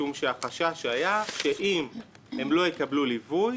משום שהחשש היה שאם הם לא יקבלו ליווי,